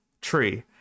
tree